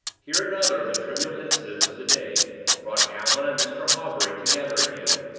here another of the trivial incidents of the day brought allan and mr. hawbury together again,